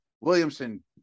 Williamson